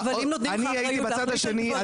אני הייתי בצד השני,